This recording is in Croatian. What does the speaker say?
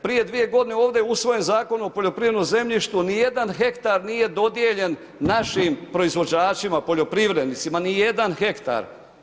Prije 2 godine ovdje je usvojen Zakon o poljoprivrednom zemljištu, ni jedan hektar nije dodijeljen našim proizvođačima poljoprivrednicima, ni jedan hektar.